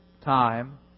time